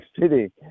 city